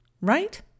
Right